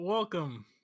Welcome